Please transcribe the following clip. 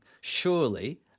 Surely